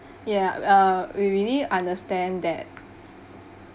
ya uh we really understand that